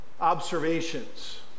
observations